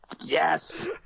Yes